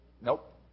Nope